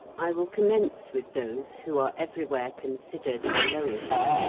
i will commence with those who are everywhere considered the lowest.